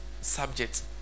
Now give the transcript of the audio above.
subject